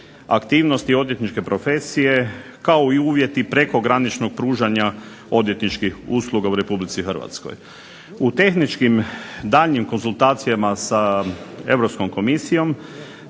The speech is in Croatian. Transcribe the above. aktivnosti odvjetničke profesije kao i uvjeti prekograničnog pružanja odvjetničkih usluga u RH. U tehničkim daljnjim konzultacijama sa Europskom komisijom